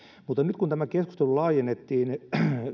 mutta nyt kun tämä keskustelu laajennettiin